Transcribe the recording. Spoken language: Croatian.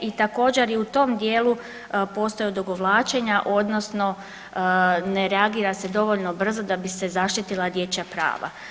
I također u tom dijelu postoje odugovlačenja, odnosno ne reagira se dovoljno brzo da bi se zaštitila dječja prava.